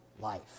life